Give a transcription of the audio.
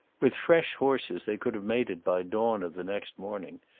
with fresh horses they could have made it by dawn of the next morning,